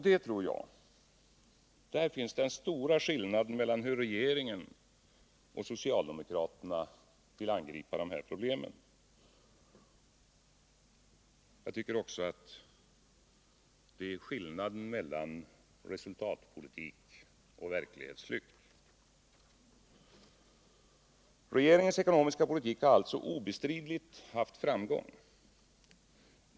Det tror jag är den stora skillnaden mellan hur regeringen och socialdemokraterna angriper problemen. Det är också skillnaden mellan resultatpolitik och verklighetsflykt. Regeringens ekonomiska politik har alltså obestridligt haft framgång.